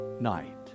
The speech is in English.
night